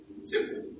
simple